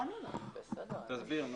תסביר את